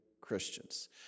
Christians